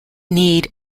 need